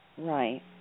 Right